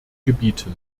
gebieten